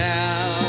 now